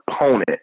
opponent